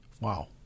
Wow